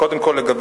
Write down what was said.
קודם כול,